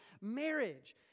marriage